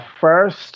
First